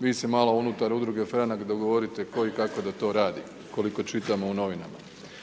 Vi se malo unutar udruge Franak dogovorite tko i kako da to radi, koliko čitamo u novinama.